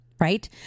right